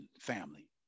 family